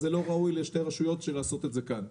זה לא ראוי לשתי הרשויות לעשות את זה כאן.